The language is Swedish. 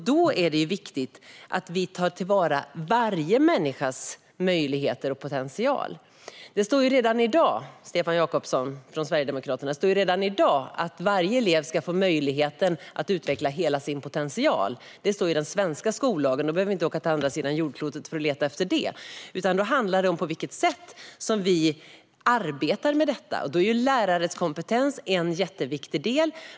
Då är det viktigt att vi tar till vara varje människas möjligheter och potential. Det står redan i dag, Stefan Jakobsson från Sverigedemokraterna, i den svenska skollagen att varje elev ska få möjlighet att utveckla hela sin potential. Vi behöver inte åka till andra sidan jordklotet för att leta efter det, utan då handlar det om på vilket sätt vi arbetar med detta. Då är lärarnas kompetens en jätteviktig del.